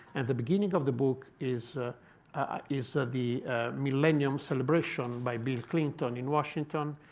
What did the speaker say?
and the beginning of the book is ah is ah the millennium celebration by bill clinton in washington.